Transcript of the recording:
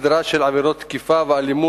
ובסדרה של עבירות תקיפה ואלימות,